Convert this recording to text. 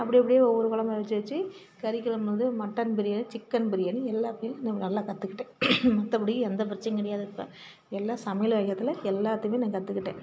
அப்படி அப்படியே ஒவ்வொரு கொழம்பா வச்சி வச்சி கறிகொழம்புலேருந்து மட்டன் பிரியாணி சிக்கன் பிரியாணி எல்லாத்தையும் நான் நல்லாக் கற்றுக்கிட்டேன் மற்றப்படி எந்த பிரச்சனையும் கிடையாது இப்போ எல்லா சமையல் வகையத்தில் எல்லாத்தையுமே நான் கற்றுக்கிட்டேன்